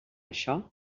això